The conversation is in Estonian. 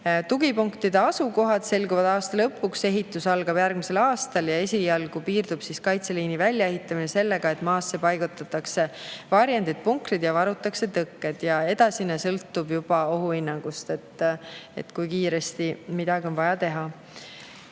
Tugipunktide asukohad selguvad aasta lõpuks, ehitus algab järgmisel aastal ja esialgu piirdub kaitseliini väljaehitamine sellega, et maasse paigutatakse varjendid, punkrid ja varutakse tõkked. Edasine sõltub ohuhinnangust, kui kiiresti midagi on vaja teha. Ja